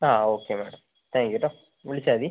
ആ okay madam thank you കെട്ടോ വിളിച്ചാൽ മതി